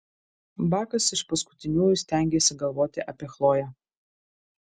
bakas iš paskutiniųjų stengėsi galvoti apie chloję